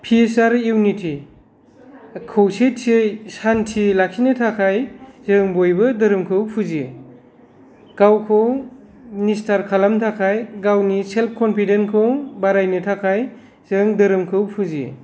पिस आरो इउनिटि खौसेथियै सान्थि लाखिनो थाखाय जों बयबो धोरोमखौ फुजियो गावखौ निस्थार खालामनो थाखाय गावनि सेल्फ कनफिदेन्स खौ बारायनो थाखाय जों धोरोमखौ फुजियो